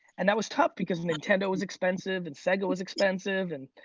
and that was tough because nintendo was expensive and sega was expensive and